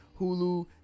Hulu